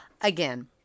again